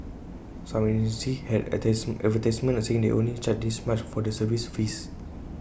some agencies had advertisements saying they only charge this much for the service fees